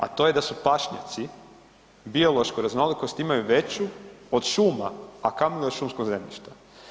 A to je da su pašnjaci, biološku raznolikost imaju veću od šuma, a kamoli od šumskog zemljišta.